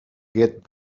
get